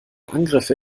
angriffe